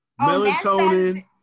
Melatonin